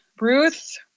Ruth